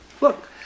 Look